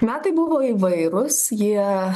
metai buvo įvairūs jie